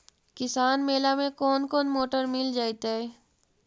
किसान मेला में कोन कोन मोटर मिल जैतै?